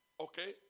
Okay